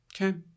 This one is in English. Okay